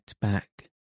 back